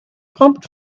pumped